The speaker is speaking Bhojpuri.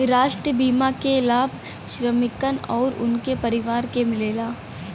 राष्ट्रीय बीमा क लाभ श्रमिकन आउर उनके परिवार के मिलेला